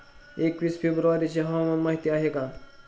एकवीस फेब्रुवारीची हवामान माहिती आहे का?